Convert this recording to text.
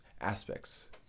aspects